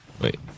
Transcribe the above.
Wait